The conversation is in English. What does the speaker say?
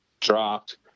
dropped